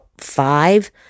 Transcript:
five